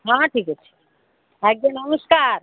ହଁ ହଁ ଠିକ୍ ଅଛି ଆଜ୍ଞା ନମସ୍କାର